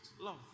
love